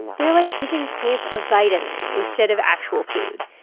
they're like giving plants a vitamin instead of actual food.